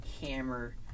hammer